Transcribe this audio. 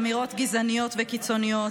אמירות גזעניות וקיצוניות,